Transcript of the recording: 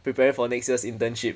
prepare for next year's internship